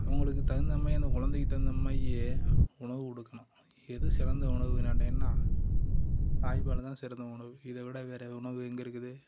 அவங்களுக்கு தகுந்தமாரி அந்த குழந்தைக்கு தகுந்தமாரி உணவு கொடுக்குணும் எது சிறந்த உணவுன்னு கேட்டிங்கன்னா தாய்பால் தான் சிறந்த உணவு இதை விட வேறு உணவு எங்கே இருக்குது